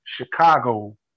Chicago